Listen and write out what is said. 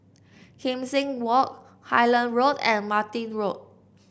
Kim Seng Walk Highland Road and Martin Road